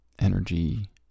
energy